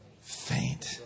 faint